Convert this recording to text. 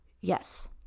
Yes